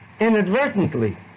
Inadvertently